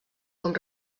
com